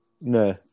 No